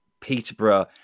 Peterborough